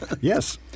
Yes